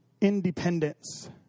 independence